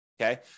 Okay